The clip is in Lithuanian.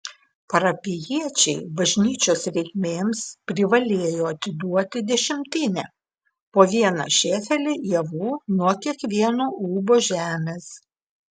parapijiečiai bažnyčios reikmėms privalėjo atiduoti dešimtinę po vieną šėfelį javų nuo kiekvieno ūbo žemės